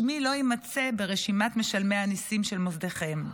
שמי לא יימצא ברשימת משלמי המיסים של מוסדכם".